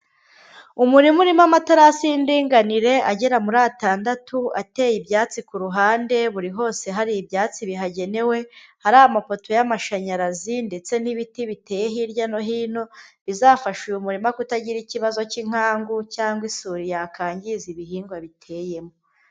Umurima urimo amatarasi y'indinganire agera muri atandatu ateye ibyatsi ku ruhande, buri hose hari ibyatsi bihagenewe, hari amapoto y'amashanyarazi ndetse n'ibiti biteye hirya no hino bizafasha uyu murima kutagira ikibazo cy'inkangu cyangwa isuri yakwangiza ibihingwa biteyemo.